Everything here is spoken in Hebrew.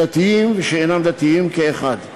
דתיים ושאינם דתיים כאחד,